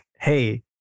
hey